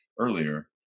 earlier